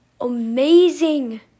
amazing